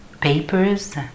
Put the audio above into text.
papers